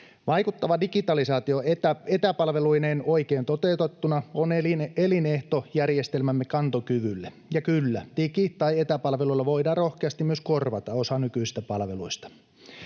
Vaikuttava digitalisaatio etäpalveluineen oikein toteutettuna on elinehto järjestelmämme kantokyvylle. Ja kyllä, digi- tai etäpalveluilla voidaan rohkeasti myös korvata osa nykyisistä palveluista.